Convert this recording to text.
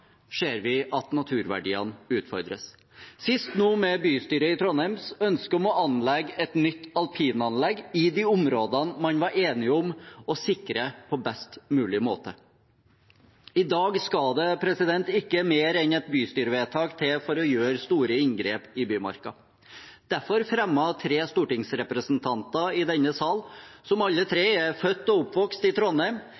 ser vi at naturverdiene utfordres – sist nå med bystyret i Trondheims ønske om å anlegge et nytt alpinanlegg i de områdene man var enige om å sikre på best mulig måte. I dag skal det ikke mer enn et bystyrevedtak til for å gjøre store inngrep i Bymarka. Derfor fremmet tre stortingsrepresentanter, som alle er født og oppvokst i Trondheim, i denne sal